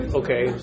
okay